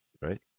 right